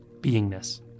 beingness